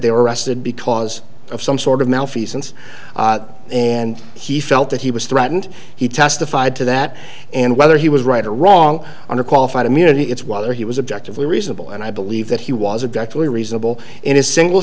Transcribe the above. they were arrested because of some sort of malfeasance and he felt that he was threatened he testified to that and whether he was right or wrong under qualified immunity it's whether he was objective or reasonable and i believe that he was exactly reasonable in a single